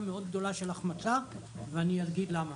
מאוד גדולה של החמצה ואני אגיד למה.